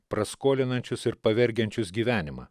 praskolinančius ir pavergiančius gyvenimą